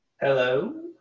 Hello